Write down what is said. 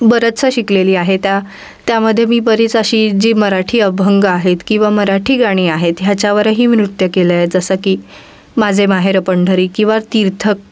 बरंचसं शिकलेली आहे त्या त्यामध्ये मी बरीच अशी जी मराठी अभंग आहेत किंवा मराठी गाणी आहेत ह्याच्यावरही मी नृत्य केलं आहे जसं की माझे माहेर पंढरी किंवा तीर्थ